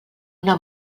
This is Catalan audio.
una